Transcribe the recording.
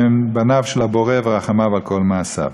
שהם בניו של הבורא ורחמיו על כל מעשיו.